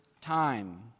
time